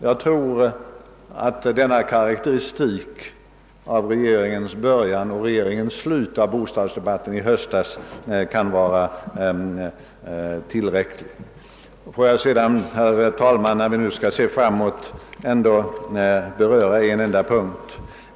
Jag tror att denna karakteristik av regeringens sätt att börja och sluta bostadsdebatten i höstas kan vara tillräcklig. Får jag, herr talman, när vi nu skall se framåt beröra en enda detalj.